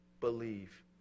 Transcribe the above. believe